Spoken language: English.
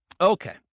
Okay